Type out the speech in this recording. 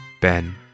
Ben